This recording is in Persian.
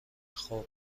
خوب